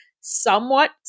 somewhat